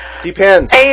Depends